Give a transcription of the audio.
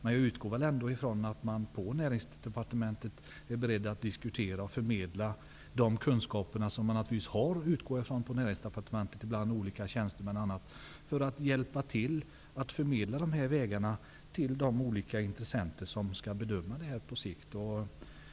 Men jag utgår från att man på Näringsdepartementet ändå är beredd att diskutera och att förmedla kunskaper, som jag utgår från att t.ex. tjänstemän på Näringsdepartementet har när det gäller de här vägarna, till de olika intressenter som skall bedöma förutsättningarna på sikt.